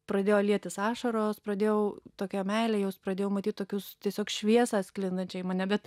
pradėjo lietis ašaros pradėjau tokią meilę jaust pradėjau matyt tokius tiesiog šviesą sklindančią į mane bet